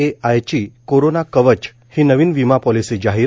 ए I ची corona Kavach ही नवीन विमा पॉलिसी जाहीर